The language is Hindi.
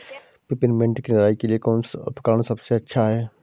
पिपरमिंट की निराई के लिए कौन सा उपकरण सबसे अच्छा है?